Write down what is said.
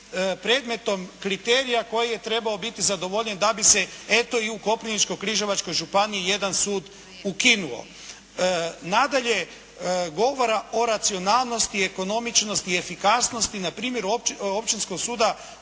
predmetom kriterija koji je trebao biti zadovoljen da bi se eto i u Koprivničko-križevačkoj županiji jedan sud ukinuo. Nadalje, govora o racionalnosti i ekonomičnosti i efikasnosti na primjeru Općinskog suda